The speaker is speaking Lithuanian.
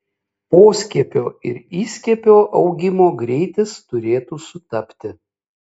poskiepio ir įskiepio augimo greitis turėtų sutapti